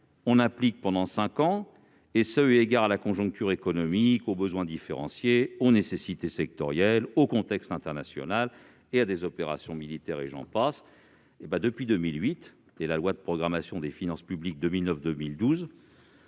appliquer pendant cinq ans, en tenant compte de la conjoncture économique, des besoins différenciés, des nécessités sectorielles, du contexte international, des opérations militaires, et j'en passe. Or, depuis 2008 et la loi de programmation des finances publiques pour